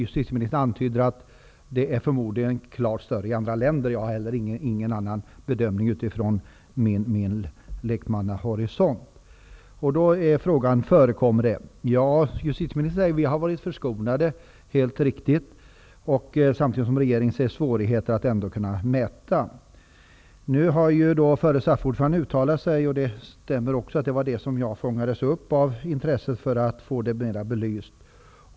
Justitieministern antyder också att problemet förmodligen är klart större i andra länder. Jag gör utifrån min lekmannahorisont heller ingen annan bedömning av det. Då är frågan: Förekommer mutor? Justitieministern säger helt riktigt att vi har varit förskonade och att regeringen samtidigt ser svårigheter att kunna mäta förekomsten. Nu har ju förre SAF-ordföranden uttalat sig i frågan. Det stämmer att det var detta som väckte mitt intresse för att få frågan mer belyst.